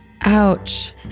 Ouch